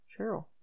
Cheryl